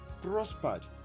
prospered